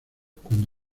cuando